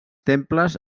temples